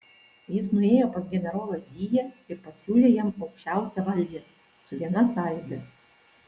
jis nuėjo pas generolą ziją ir pasiūlė jam aukščiausią valdžią su viena sąlyga